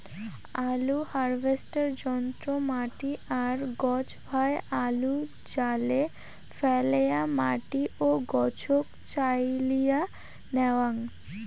আলু হারভেস্টার যন্ত্র মাটি আর গছভায় আলুক জালে ফ্যালেয়া মাটি ও গছক চাইলিয়া ন্যাওয়াং